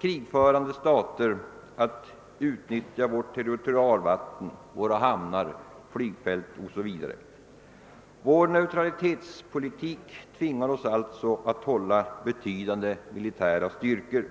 krigförande stater att utnyttja vårt territorialvatten, våra hamnar, flygfält osv. Vår neutralitetspolitik tvingar oss alltså att hålla betydande militära styrkor.